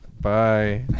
Bye